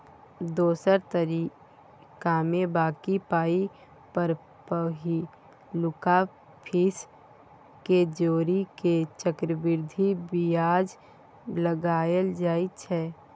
दोसर तरीकामे बॉकी पाइ पर पहिलुका फीस केँ जोड़ि केँ चक्रबृद्धि बियाज लगाएल जाइ छै